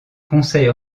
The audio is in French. conseil